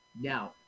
Now